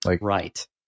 Right